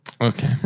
Okay